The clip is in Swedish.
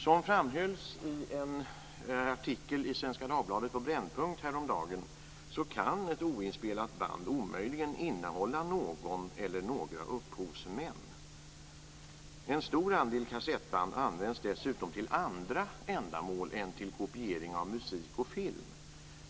Som framhölls i en artikel i Svenska Dagbladet på Brännpunkt häromdagen kan ett oinspelat band omöjligen innehålla någon eller några upphovsmän. En stor andel kassettband används dessutom till andra ändamål än till kopiering av musik och film.